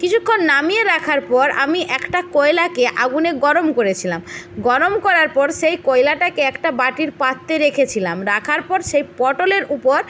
কিছুক্ষণ নামিয়ে রাখার পর আমি একটা কয়লাকে আগুনে গরম করেছিলাম গরম করার পর সেই কয়লাটাকে একটা বাটির পাত্রে রেখেছিলাম রাখার পর সেই পটলের উপর